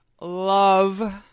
love